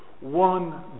one